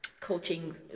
coaching